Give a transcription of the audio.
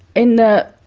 in that